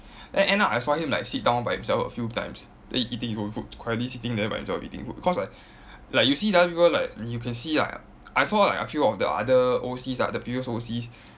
then end up I saw him like sit down by himself a few times then he eating his own food quietly sitting there by himself eating food cause I like you see the other people like you can see ah I saw like a few of the other O_Cs like the previous O_Cs